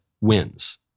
wins